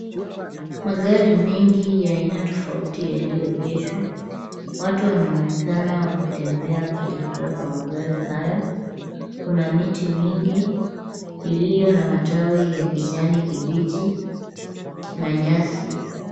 Magari mengi ya aina tofauti yaliyoegeshwa. Watu wanaonekana wakitembea wakielekea kwa magari hayo. Kuna miti mingi iliyo na matawi ya kijani kibichi na nyasi.